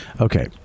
Okay